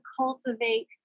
cultivate